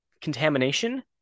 contamination